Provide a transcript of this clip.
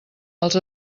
els